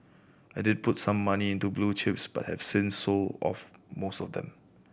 I did put some money into blue chips but have since sold off most of them